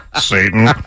Satan